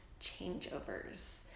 changeovers